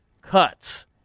cuts